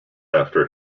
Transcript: after